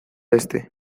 este